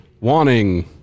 wanting